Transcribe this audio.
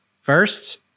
first